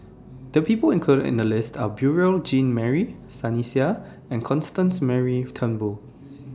The People included in The lists Are Beurel Jean Marie Sunny Sia and Constance Mary Turnbull